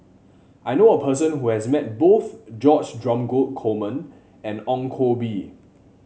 I knew a person who has met both George Dromgold Coleman and Ong Koh Bee